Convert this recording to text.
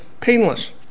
painless